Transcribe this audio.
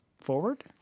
forward